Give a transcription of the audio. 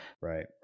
Right